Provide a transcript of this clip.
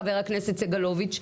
חבר הכנסת סגלוביץ',